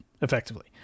effectively